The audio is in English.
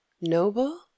NOBLE